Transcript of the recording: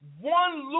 one